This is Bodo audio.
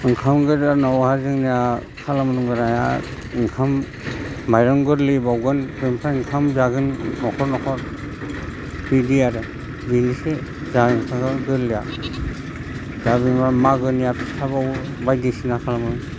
ओंखाम गोरलैयावहा जोंनिया खालामग्राया ओंखाम माइरं गोरलै बाउगोन ओमफ्राय ओंखाम जागोन न'खर न'खर बिबायदि आरो बिदिसो जायो ओंखाम गोरलैया दा जोंना मागोनिया फिथा बाउओ बायदिसिना खालामो